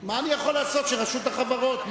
מה אני יכול לעשות שרשות החברות,